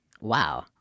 Wow